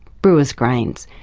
brewer's grains,